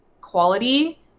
quality